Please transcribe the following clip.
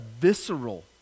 visceral